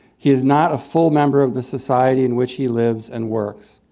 he is not a full member of the society in which he lives and works.